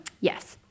yes